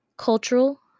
cultural